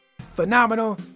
phenomenal